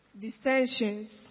dissensions